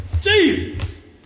Jesus